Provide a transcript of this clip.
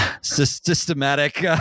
systematic